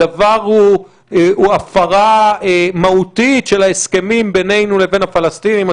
הדבר הוא הפרה מהותית של ההסכמים בינינו לבין הפלסטינים,